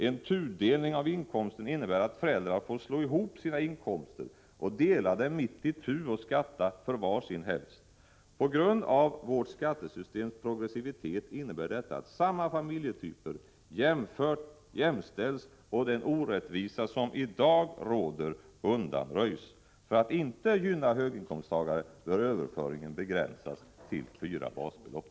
En tudelning av inkomsten innebär att föräldrar får slå ihop sina inkomster och dela dem mitt itu och skatta för var sin hälft. På grund av vårt skattesystems progressivitet innebär detta att samma familjetyper jämställs och den orättvisa som i dag råder undanröjs. För att inte gynna höginkomsttagare bör överföringen begränsas till fyra basbelopp.